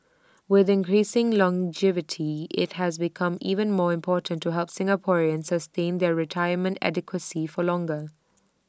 with increasing longevity IT has become even more important to help Singaporeans sustain their retirement adequacy for longer